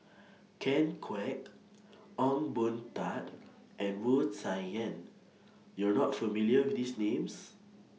Ken Kwek Ong Boon Tat and Wu Tsai Yen YOU Are not familiar with These Names